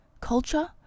culture